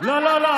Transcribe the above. לא לא לא.